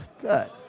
Good